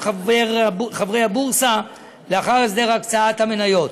חברי הבורסה לאחר הסדר הקצאת המניות,